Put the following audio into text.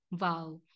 Wow